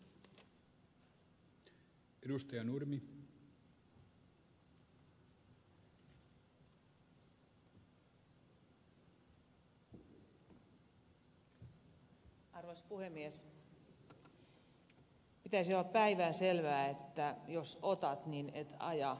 pitäisi olla päivänselvää että jos otat niin et aja eikös niin